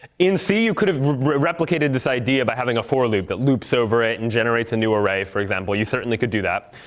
in c you could have replicated this idea by having a for loop that loops over it and generates a new array, for example. you certainly could do that.